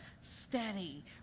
Steady